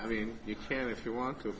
i mean you can if you want to